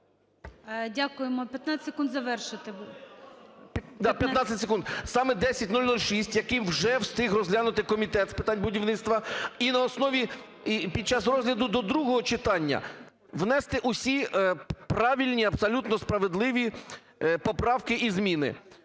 Дякуємо. 15 секунд завершити.